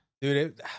dude